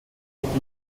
gingen